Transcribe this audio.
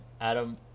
Adam